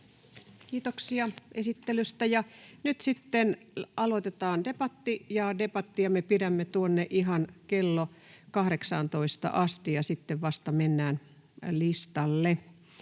Kiitoksia esittelystä. — Nyt sitten aloitetaan debatti, ja debattia me pidämme tuonne ihan kello 18:aan asti, ja sitten vasta mennään listalle.